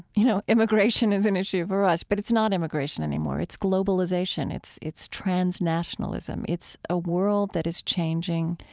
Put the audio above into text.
you know, immigration is an issue for us. but it's not immigration anymore, it's globalization it's globalization, it's transnationalism, it's a world that is changing.